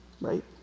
Right